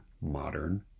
modern